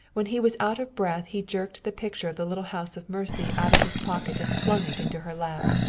when he was out of breath he jerked the picture of the little house of mercy out of his pocket and flung it into her lap.